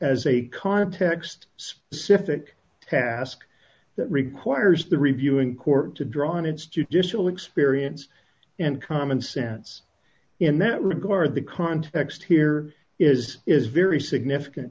as a card text specific task that requires the reviewing court to draw on its judicial experience and common sense in that regard the context here is is very significant